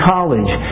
College